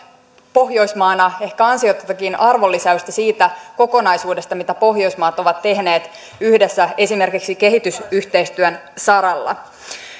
pohjoismaana ehkä ansiotontakin arvonlisäystä siitä kokonaisuudesta mitä pohjoismaat ovat tehneet yhdessä esimerkiksi kehitysyhteistyön saralla